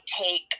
take